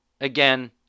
Again